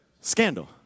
scandal